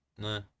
No